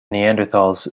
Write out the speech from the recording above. neanderthals